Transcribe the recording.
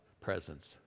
presence